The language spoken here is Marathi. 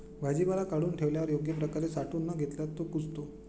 भाजीपाला काढून ठेवल्यावर योग्य प्रकारे साठवून न घेतल्यास तो कुजतो